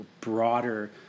broader